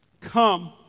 come